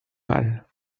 malle